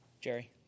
Jerry